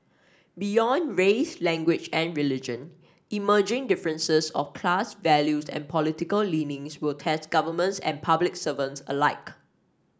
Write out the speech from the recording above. beyond race language and religion emerging differences of class values and political leanings will test governments and public servant alike